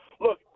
look